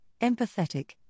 empathetic